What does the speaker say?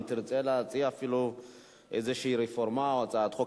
אם תרצה להציע אפילו איזו רפורמה או הצעת חוק.